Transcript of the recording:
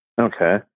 Okay